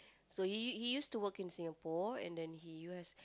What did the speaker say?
so he he used to work in Singapore and then he us~